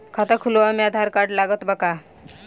खाता खुलावे म आधार कार्ड लागत बा का?